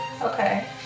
Okay